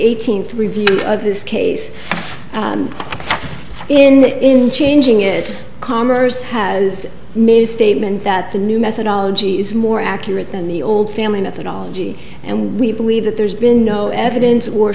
eighteenth review of this case in that in changing it commerce has made a statement that the new methodology is more accurate than the old family methodology and we believe that there's been no evidence or